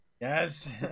Yes